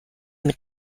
mit